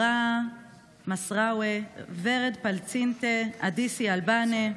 בראאה מסארווה, ורד פלצינטה, אדיסי אלבנה,